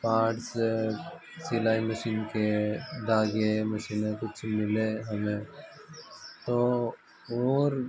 parts सिलाई machine के धागे है मशीनों के कुछ मिले हमें तो और